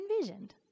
envisioned